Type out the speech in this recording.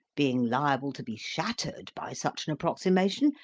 being liable to be shattered by such an approximation,